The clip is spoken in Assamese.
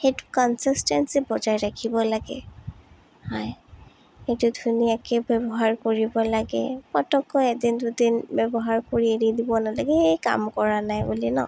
সেইটো কনচিছষ্টেঞ্চি বজাই ৰাখিব লাগে হয় সেইটো ধুনীয়াকৈ ব্যৱহাৰ কৰিব লাগে পতককৈ এদিন দুদিন ব্যৱহাৰ কৰি এৰি দিব নালাগে এই কাম কৰা নাই বুলি নহ্